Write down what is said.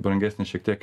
brangesnis šiek tiek